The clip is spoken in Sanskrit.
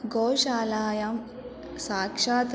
गोशालायां साक्षात्